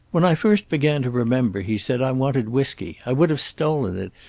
when i first began to remember, he said, i wanted whisky. i would have stolen it,